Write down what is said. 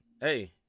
hey